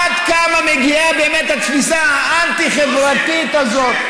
עד כמה מגיעה באמת התפיסה האנטי-חברתית הזאת,